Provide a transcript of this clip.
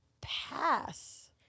pass